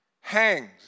hangs